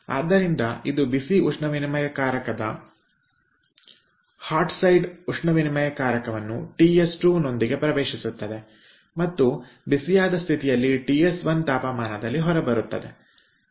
ಆದ್ದರಿಂದ ಇದು ಬಿಸಿ ಉಷ್ಣವಿನಿಮಯಕಾರಕದ ಬಿಸಿ ಭಾಗವನ್ನು ಟಿಎಸ್2 ನೊಂದಿಗೆ ಪ್ರವೇಶಿಸುತ್ತಿದೆ ಮತ್ತು ಬಿಸಿಯಾದ ಸ್ಥಿತಿಯಲ್ಲಿ ಟಿಎಸ್1 ತಾಪಮಾನದಲ್ಲಿ ಹೊರಬರುತ್ತದೆ